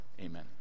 Amen